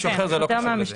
זה משהו אחר, זה לא קשור לזה.